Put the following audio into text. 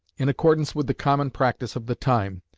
in accordance with the common practice of the time,